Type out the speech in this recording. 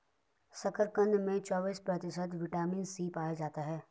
शकरकंद में चौबिस प्रतिशत विटामिन सी पाया जाता है